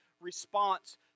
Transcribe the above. response